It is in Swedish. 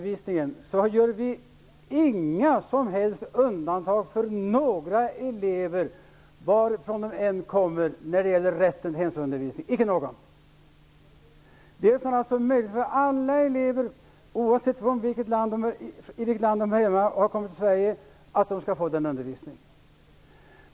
Vi gör inga som helst undantag för några elever varifrån än de kommer när det gäller rätten till hemspråksundervisning, icke något. Vi öppnar möjligheter för alla elever, oavsett från vilket land de har kommit till Sverige, att få den undervisningen.